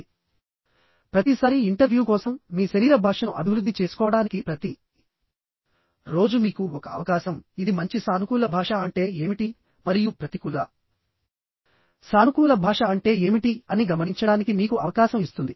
వాస్తవానికి మీరు మానవ సంభాషణలో ఉన్న ప్రతిసారీ ఇంటర్వ్యూ కోసం మీ శరీర భాషను అభివృద్ధి చేసుకోవడానికి ప్రతి రోజు మీకు ఒక అవకాశంఇది మంచి సానుకూల భాష అంటే ఏమిటి మరియు ప్రతికూల సానుకూల భాష అంటే ఏమిటి అని గమనించడానికి మీకు అవకాశం ఇస్తుంది